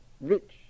Rich